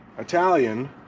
Italian